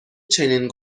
چنین